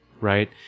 right